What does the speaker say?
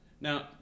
Now